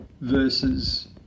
versus